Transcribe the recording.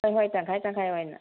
ꯍꯣꯏ ꯍꯣꯏ ꯇꯪꯈꯥꯏ ꯇꯪꯈꯥꯏ ꯑꯣꯏꯅ